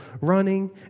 running